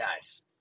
guys